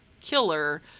killer